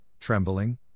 trembling